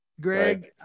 Greg